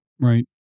Right